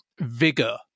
vigor